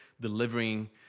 delivering